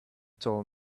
told